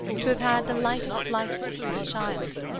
to have had the lightest licence of a child,